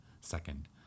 second